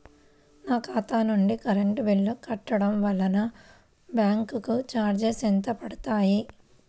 నా ఖాతా నుండి కరెంట్ బిల్ కట్టడం వలన బ్యాంకు చార్జెస్ ఎంత పడతాయా?